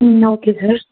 ம் okay sir